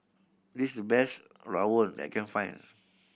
this is the best Rawon I can find